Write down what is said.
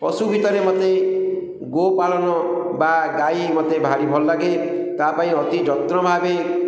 ପଶୁ ଭିତରେ ମୋତେ ଗୋପାଳନ ବା ଗାଈ ମୋତେ ଭାରି ଭଲ ଲାଗେ ତା'ପାଇଁ ଅତି ଯତ୍ନ ଭାବେ